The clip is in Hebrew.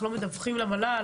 לא מדווחים למל"ל?